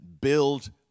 build